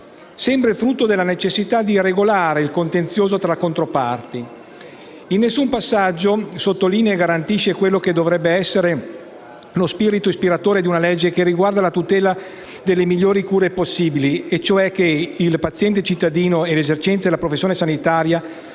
come frutto della necessità di regolare il contenzioso tra controparti. In nessun passaggio il provvedimento sottolinea e garantisce quello che dovrebbe essere lo spirito ispiratore di una legge a tutela delle migliori cure possibili, cioè che il paziente cittadino e l'esercente la professione sanitaria